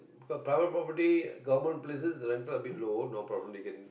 private property government places the rental a bit low no problem they can